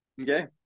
Okay